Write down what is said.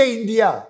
India